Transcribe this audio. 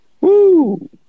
Woo